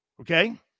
Okay